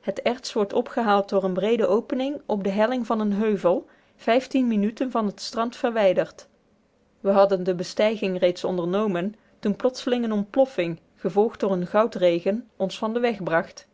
het erts wordt opgehaald door een breede opening op de helling van een heuvel minuten van het strand verwijderd we hadden de bestijging reeds ondernomen toen plotseling eene ontploffing gevolgd door een goudregen ons van den weg bracht